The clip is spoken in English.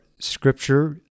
Scripture